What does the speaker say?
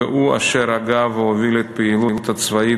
והוא אשר הגה והוביל את הפעילות הצבאית